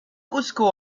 cuzco